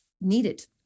needed